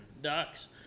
ducks